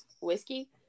whiskey